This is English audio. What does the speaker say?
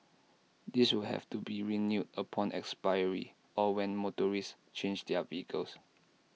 this will have to be renewed upon expiry or when motorists change their vehicles